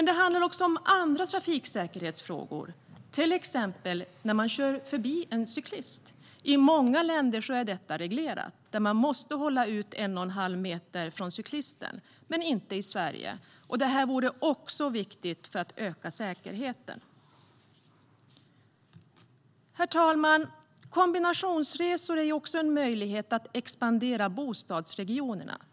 Det handlar också om andra trafiksäkerhetsfrågor, till exempel när man kör förbi en cyklist. I många länder är detta reglerat - man måste hålla ut en och en halv meter från cyklisten - men så är det inte i Sverige. Det vore också viktigt för att öka säkerheten. Herr talman! Kombinationsresor är en möjlighet att expandera bostadsregionerna.